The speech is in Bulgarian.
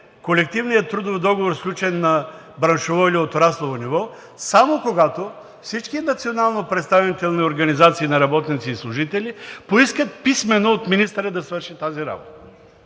колективния трудов договор, сключен на браншово или отраслово ниво, само когато всички национално представителни организации на работници и служители поискат писмено от министъра да свърши тази работа.“